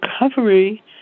recovery